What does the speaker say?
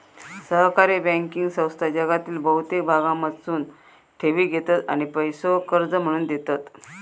सहकारी बँकिंग संस्था जगातील बहुतेक भागांमधसून ठेवी घेतत आणि पैसो कर्ज म्हणून देतत